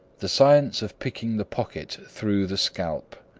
the science of picking the pocket through the scalp.